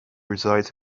resides